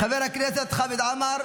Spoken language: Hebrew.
חבר הכנסת יצחק פינדרוס,